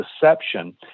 deception